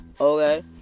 okay